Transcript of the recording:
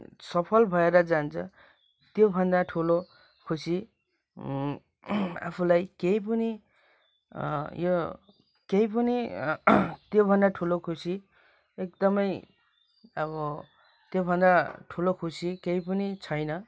सफल भएर जान्छ त्योभन्दा ठुलो खुसी आफूलाई केही पनि यो केही पनि त्योभन्दा ठुलो खुसी एकदमै अब त्योभन्दा ठुलो खुसी केही पनि छैन